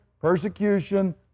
persecution